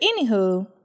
anywho